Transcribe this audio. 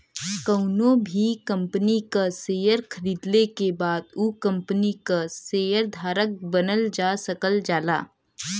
कउनो भी कंपनी क शेयर खरीदले के बाद उ कम्पनी क शेयर धारक बनल जा सकल जाला